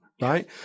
right